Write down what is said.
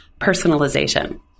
personalization